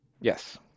Yes